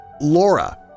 Laura